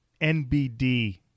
NBD